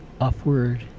upward